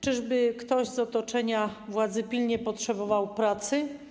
Czyżby ktoś z otoczenia władzy pilnie potrzebował pracy?